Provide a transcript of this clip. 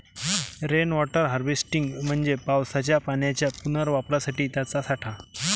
rain water harvesting म्हणजे पावसाच्या पाण्याच्या पुनर्वापरासाठी त्याचा साठा